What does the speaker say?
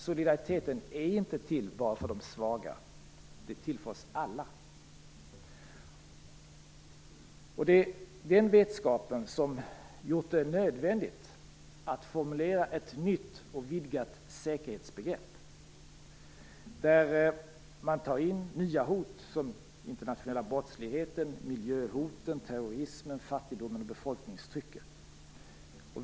Solidariteten är inte till bara för de svaga, den är till för oss alla. Den vetskapen har gjort det nödvändigt att formulera ett nytt och vidgat säkerhetsbegrepp där man tar in nya hot som den internationella brottsligheten, miljöhoten, terrorismen, fattigdomen och befolkningstrycket.